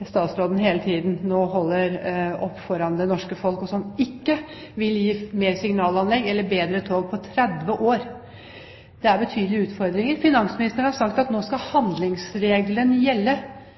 som statsråden hele tiden holder opp foran det norske folk, og som ikke vil gi flere signalanlegg eller bedre tog på 30 år. Det er betydelige utfordringer. Finansministeren har sagt at nå skal handlingsregelen gjelde.